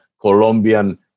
Colombian